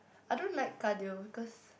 I don't like cardio cause